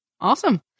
Awesome